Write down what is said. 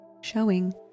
showing